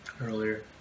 earlier